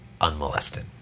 unmolested